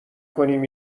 کنیم